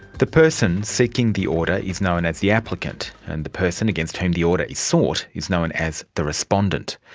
the person seeking the order is known as the applicant and the person against whom the order is sought is known as the respondent.